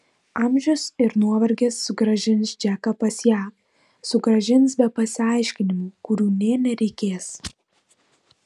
amžius ir nuovargis sugrąžins džeką pas ją sugrąžins be pasiaiškinimų kurių nė nereikės